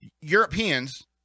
Europeans